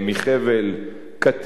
מחבל-קטיף,